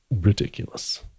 ridiculous